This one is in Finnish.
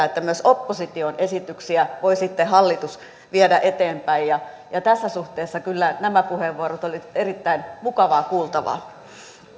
että myös opposition esityksiä voi sitten hallitus viedä eteenpäin ja ja tässä suhteessa kyllä nämä puheenvuorot olivat erittäin mukavaa kuultavaa